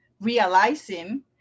realizing